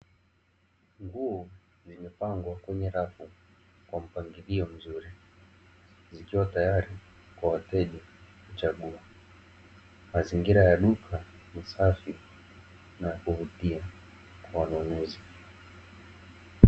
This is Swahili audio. Nguo zimepangwa kwenye rafu kwa mpangilio mzuri, zikiwa tayari kwa wateja kuchagua. Mazingira ya duka ni safi na ya kuvutia kwa wanunuzi.